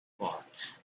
bought